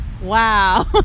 Wow